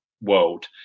world